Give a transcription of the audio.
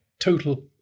Total